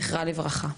זכרה לברכה.